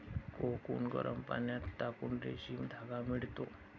cocoon गरम पाण्यात टाकून रेशीम धागा मिळतो